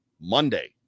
Monday